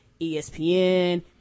espn